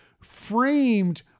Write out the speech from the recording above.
framed